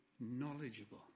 knowledgeable